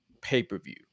pay-per-view